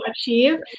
achieve